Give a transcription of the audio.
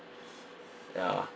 ya